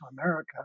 America